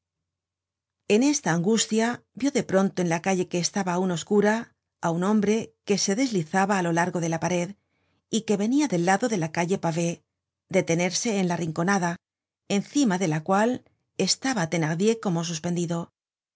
en esta angustia vió de pronto en la calle que estaba aun oscura á un hombre que se deslizaba á lo largo de la pared y que venia del lado de la calle pavée detenerse en la rinconada encima de la cual estaba thenardier como suspendido